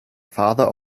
father